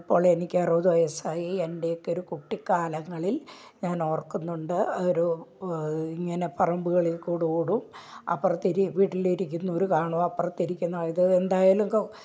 ഇപ്പോളെനിക്ക് അറുപത് വയസ്സായി എൻ്റെ ഒക്കെ ഒര് കുട്ടിക്കാലങ്ങളിൽ ഞാൻ ഓർക്കുന്നുണ്ട് ഒരു ഇങ്ങനെ പറമ്പുകളിൽ കൂടോടും അപ്പറത്തെ ഇരി വീട്ടിലിരിക്കുന്നവർ കാണും അപ്പറത്തിരിക്കുന്ന അ ഇത് ഇതെന്തായാലും ക